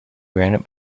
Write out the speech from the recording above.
granted